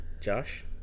Josh